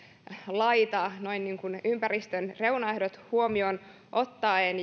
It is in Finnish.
laita noin niin kuin ympäristön reunaehdot huomioon ottaen